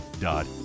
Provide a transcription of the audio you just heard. dot